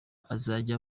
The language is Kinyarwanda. azajya